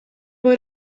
بار